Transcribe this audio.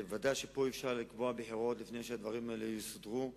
ודאי שפה אי-אפשר לקבוע בחירות לפני שהדברים האלה יסודרו.